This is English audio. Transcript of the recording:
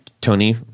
Tony